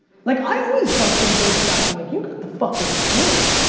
like i always bust aj's chops, i'm like, you've got the fucking gig.